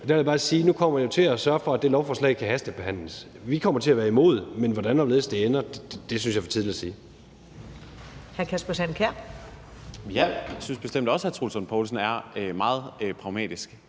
vi kommer til at sørge for, at det lovforslag kan hastebehandles. Vi kommer til at være imod, men hvordan og hvorledes det ender, synes jeg er for tidligt at sige.